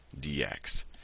dx